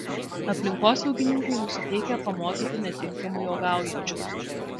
aplinkosaugininkai nusiteikę pamokyti netinkamai uogaujančius